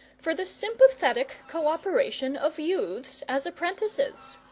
for the sympathetic co-operation of youths as apprentices.